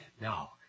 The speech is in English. now